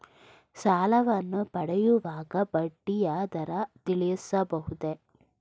ಸಾಲವನ್ನು ಪಡೆಯುವಾಗ ಬಡ್ಡಿಯ ದರ ತಿಳಿಸಬಹುದೇ?